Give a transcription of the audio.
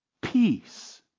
peace